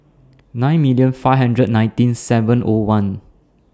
nine million five hundred nineteen seven O one